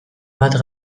bat